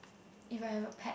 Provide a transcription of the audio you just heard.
if I have a pet